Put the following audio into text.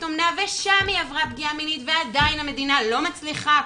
אומנה ושם היא עברה פגיעה מינית ועדיין המדינה לא מצליחה,